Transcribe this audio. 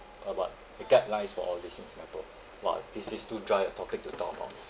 about the guidelines for all these in singapore !wah! this is too dry a topic to talk about